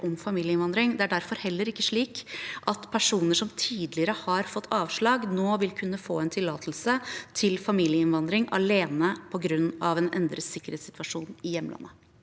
Det er derfor heller ikke slik at personer som tidligere har fått avslag, nå vil kunne få en tillatelse til familieinnvandring alene på grunn av en endret sikkerhetssituasjon i hjemlandet.